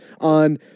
on